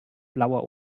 blauer